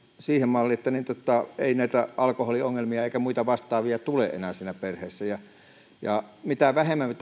siihen malliin että ei näitä alkoholiongelmia eikä muita vastaavia tule enää siinä perheessä mitä vähemmän me